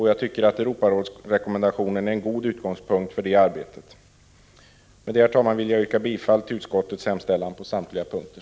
Jag tycker att Europarådskonventionen är en god utgångspunkt för det arbetet. Med detta, herr talman, vill jag yrka bifall till utskottets hemställan på samtliga punkter.